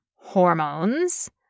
hormones